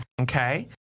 Okay